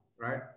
right